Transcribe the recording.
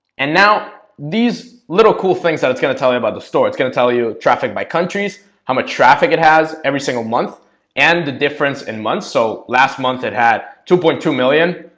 and now these little cool things that it's going to tell you about the store it's gonna tell you traffic by countries how much traffic it has every single month and the difference in months so last month, it had two point two million.